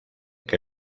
que